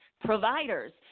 providers